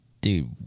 Dude